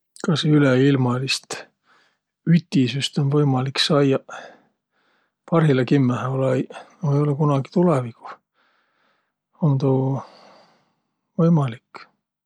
Kas üleilmalist ütisüst um võimalik saiaq? Parhilla kimmähe olõ-õiq, a või-ollaq kunagi tulõviguh um tuu võimalik.